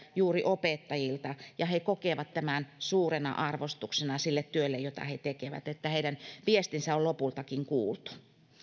juuri opettajilta he kokevat tämän suurena arvostuksena sille työlle jota he tekevät että heidän viestinsä on lopultakin kuultu